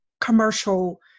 commercial